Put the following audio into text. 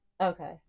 Okay